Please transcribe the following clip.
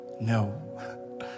No